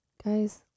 guys